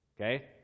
Okay